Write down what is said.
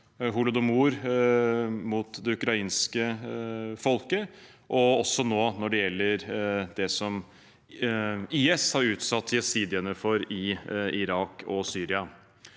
holodomor mot det ukrainske folket, og også nå, når det gjelder det IS har utsatt jesidiene for i Irak og Syria.